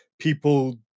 people